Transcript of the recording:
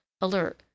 alert